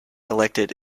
elected